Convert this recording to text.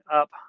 up